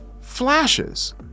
flashes